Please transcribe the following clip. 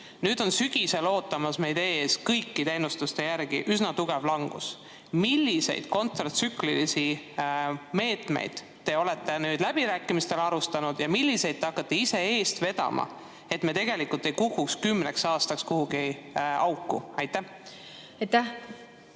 Nüüd on sügisel ootamas meid ees kõikide ennustuste järgi üsna tugev langus. Milliseid kontratsüklilisi meetmeid te olete läbirääkimistel arutanud ja milliseid te hakkate ise eest vedama, et me ei kukuks kümneks aastaks kuhugi auku? Aitäh,